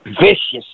vicious